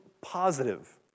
positive